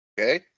Okay